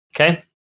Okay